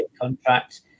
contract